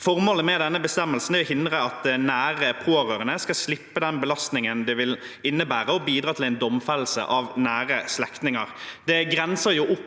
Formålet med denne bestemmelsen er å sikre at nære pårørende skal slippe den belastningen det vil innebære å bidra til en domfellelse av nære slektninger.